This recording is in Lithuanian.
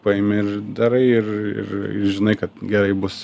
paimi ir darai ir ir žinai kad gerai bus